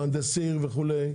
מהנדסים וכו',